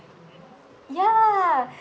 ya